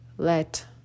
Let